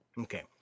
Okay